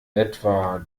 etwa